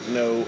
no